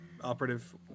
operative